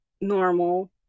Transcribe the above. normal